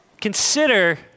Consider